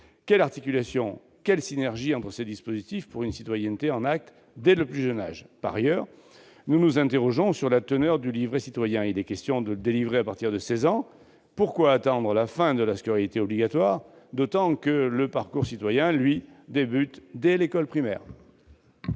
Quelle articulation, quelle synergie, entre ces dispositifs, pour une citoyenneté en actes dès le plus jeune âge ? Par ailleurs, nous nous interrogeons sur la teneur du livret citoyen, qu'il est question de délivrer à partir de 16 ans. Pourquoi attendre la fin de la scolarité obligatoire, d'autant que le parcours citoyen débute, quant à lui, dès l'école primaire ?